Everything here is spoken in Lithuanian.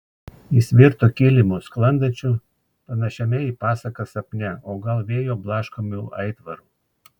jis virto kilimu sklandančiu panašiame į pasaką sapne o gal vėjo blaškomu aitvaru